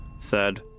Third